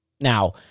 Now